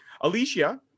Alicia